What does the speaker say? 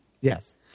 Yes